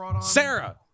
Sarah